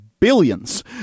billions